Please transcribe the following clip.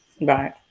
Right